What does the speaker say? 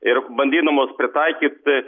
ir bandydamos pritaikyti